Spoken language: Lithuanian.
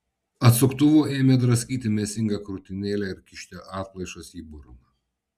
atsuktuvu ėmė draskyti mėsingą krūtinėlę ir kišti atplaišas į burną